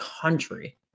country